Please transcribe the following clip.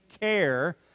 care